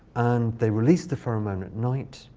and they release the pheromone at night.